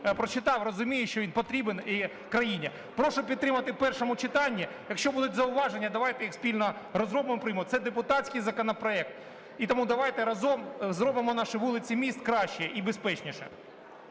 прочитав, розуміє, що він потрібен країні. Прошу підтримати в першому читанні. Якщо будуть зауваження, давайте їх спільно розробимо і приймемо. Це депутатський законопроект і тому давайте разом зробимо наші вулиці міст краще і безпечніше.